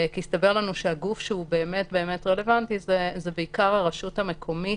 כי הסתבר לנו שהגוף שהוא באמת רלוונטי זה בעיקר הרשות המקומית,